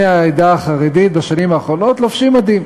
העדה החרדית בשנים האחרונות לובשים מדים.